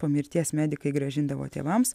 po mirties medikai grąžindavo tėvams